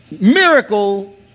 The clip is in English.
miracle